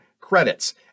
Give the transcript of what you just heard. credits